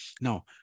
Now